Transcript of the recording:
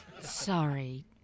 Sorry